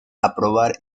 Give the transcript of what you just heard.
aprobar